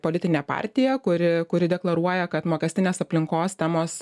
politinė partija kuri kuri deklaruoja kad mokestinės aplinkos temos